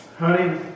Honey